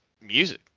music